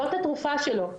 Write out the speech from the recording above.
זאת התרופה שלו.